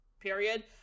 period